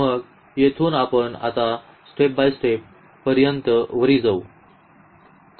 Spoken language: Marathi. मग येथून आपण आता स्टेप बाय स्टेप पर्यंत वरी जाऊ